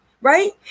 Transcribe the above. Right